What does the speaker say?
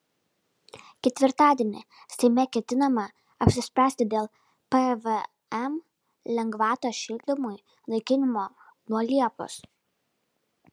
ketvirtadienį seime ketinama apsispręsti dėl pvm lengvatos šildymui naikinimo nuo liepos